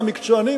למקצוענים,